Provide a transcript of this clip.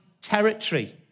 territory